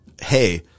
Hey